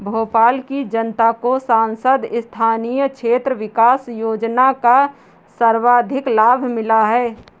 भोपाल की जनता को सांसद स्थानीय क्षेत्र विकास योजना का सर्वाधिक लाभ मिला है